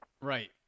Right